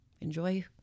enjoy